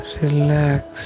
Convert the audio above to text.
relax